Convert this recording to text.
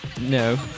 No